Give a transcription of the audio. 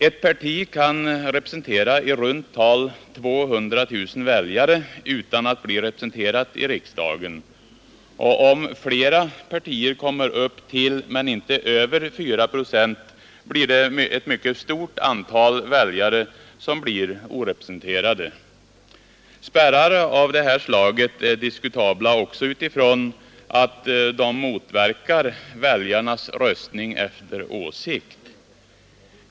Ett parti kan samla i runt tal 200 000 väljare utan att bli representerat i riksdagen, och om flera partier kommer upp till men inte över 4 procent, blir det ett mycket stort antal väljare som blir orepresenterade. Spärrar av detta slag är diskutabla också från den synpunkten att de motverkar väljarnas röstning efter åsikt.